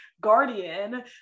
guardian